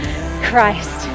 Christ